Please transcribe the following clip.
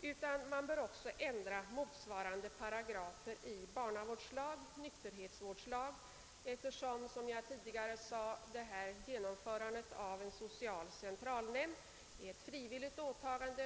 utan att man också bör ändra motsvarande paragrafer i barnavårdslag och nykterhetsvårdslag. Som jag tidigare sade är införandet av en social centralnämnd ett frivilligt åtagande.